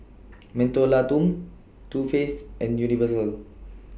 Mentholatum Too Faced and Universal